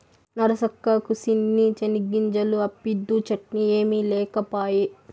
నరసక్కా, కూసిన్ని చెనిగ్గింజలు అప్పిద్దూ, చట్నీ ఏమి లేకపాయే